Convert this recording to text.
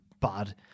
bad